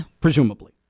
presumably